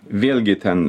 vėlgi ten